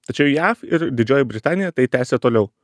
tačiau jav ir didžioji britanija tai tęsia toliau